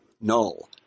null